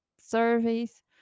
surveys